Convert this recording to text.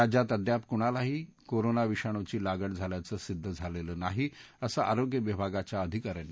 राज्यात अद्याप कुणालाही कोरोना विषाणूची लागण झाल्याचं सिद्ध झालेलं नाही असं आरोग्य विभागाच्या अधिका यांनी सांगितलं